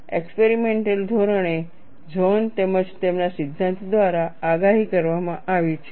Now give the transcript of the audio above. experimental ધોરણે zone તેમજ તેમના સિદ્ધાંત દ્વારા આગાહી કરવામાં આવી છે